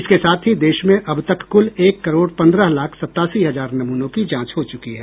इसके साथ ही देश में अब तक कुल एक करोड़ पंद्रह लाख सत्तासी हजार नमूनों की जांच हो चुकी है